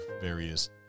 various